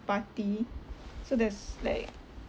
party so there's like